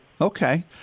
Okay